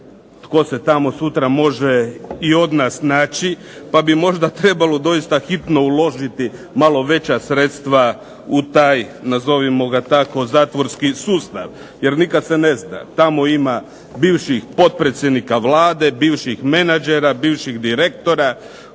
tko se tamo sutra može i od nas naći pa bi možda trebalo doista hitno uložiti malo veća sredstva u taj, nazovimo ga tako, zatvorski sustav. Jer nikad se ne zna, tamo ima bivših potpredsjednika Vlade, bivših menadžera, bivših direktora